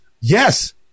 Yes